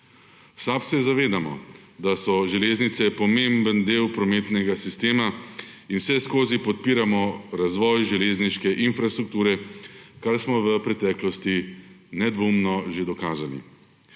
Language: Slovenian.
V SAB se zavedamo, da so železnice pomemben del prometnega sistema, in vseskozi podpiramo razvoj železniške infrastrukture, kar smo v preteklosti nedvomno že dokazali.